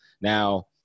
Now